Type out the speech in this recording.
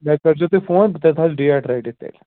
مےٚ کٔرۍزیٚو تُہۍ فون بہٕ تھاوس ڈیٹ رٔٹِتھ تیٚلہِ